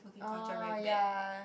uh ya